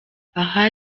aha